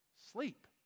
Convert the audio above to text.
Sleep